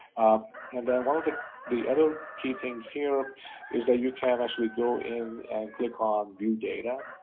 and one of the the other key things here is that you can actually go in and click on view data,